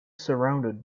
surrounded